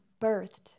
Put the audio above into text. birthed